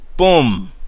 Boom